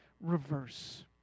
reverse